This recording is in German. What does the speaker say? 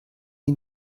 die